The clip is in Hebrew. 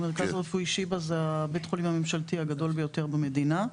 המרכז הרפואי "שיבא" זה בית החולים הממשלתי הגדול ביותר במדינה.